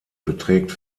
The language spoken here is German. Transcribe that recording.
beträgt